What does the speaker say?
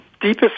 deepest